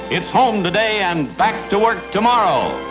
it's home today and back to work tomorrow